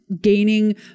Gaining